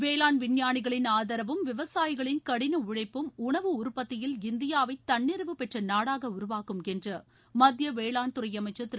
வேளாண் விஞ்ஞானிகளின் ஆதரவும் விவசாயிகளின் கடின உழைப்பும் உணவு உற்பத்தியில் இந்தியாவை தன்னிறைவு பெற்ற நாடாக உருவாக்கும் என்று மத்திய வேளாண் துறை அமைச்சர் திரு